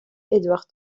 edward